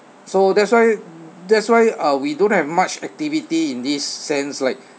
so that's why that's why uh we don't have much activity in this sense like